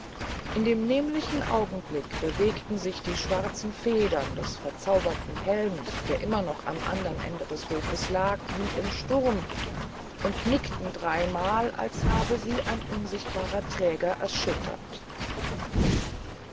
in dem nemlichen augenblick bewegten sich die schwarzen federn des bezauberten helms der immer noch am andern ende des hofes lag wie im sturm und nickten dreymal als habe sie ein unsichtbarer träger erschüttert